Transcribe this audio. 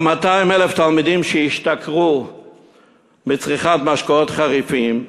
או 200,000 תלמידים שהשתכרו מצריכת משקאות חריפים,